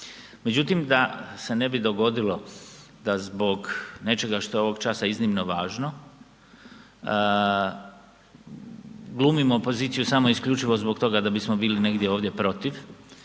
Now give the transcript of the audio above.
Međutim da se ne bi dogodilo da zbog nečega što je ovog časa iznimno važno glumimo poziciju samo i isključivo zbog toga da bismo bili negdje ovdje protiv.